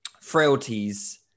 frailties